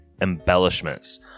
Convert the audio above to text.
embellishments